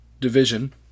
division